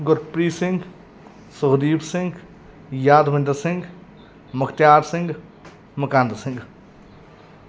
Gurpreet Singh Sukhdeep Singh Yadvinder Singh Mukhtiar Singh Mukand Singh